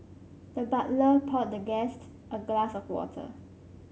the butler poured the guest a glass of water